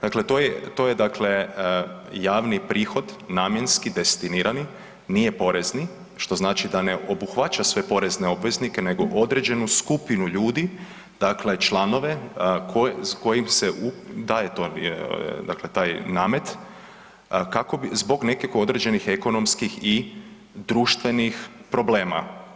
Dakle to je, to je dakle javni prihod namjenski destinirani, nije porezni, što znači da ne obuhvaća sve porezne obveznice, nego određenu skupinu ljudi, dakle članove kojim se daje to, dakle taj namet, kako bi, zbog nekako određenih ekonomskih i društvenih problema.